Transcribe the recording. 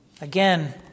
Again